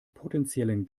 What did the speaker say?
potenziellen